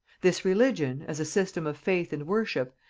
this religion, as a system of faith and worship,